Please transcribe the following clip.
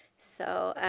so